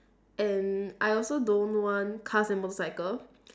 and I also don't want cars and motorcycle